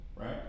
Right